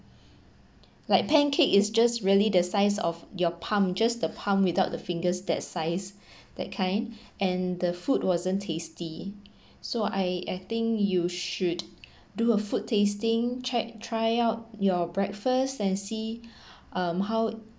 like pancake is just really the size of your palm just the palm without the fingers that size that kind and the food wasn't tasty so I I think you should do a food tasting check try out your breakfast and see um how